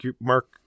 mark